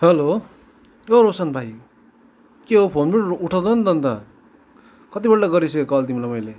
hello औ रोशन भाइ के हौ फोन पनि उठाउँदैन त अन्त कतिपल्ट गरिसकेँ कल तिमीलाई मैले